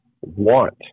want